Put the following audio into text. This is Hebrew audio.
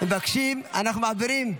אנחנו מעבירים.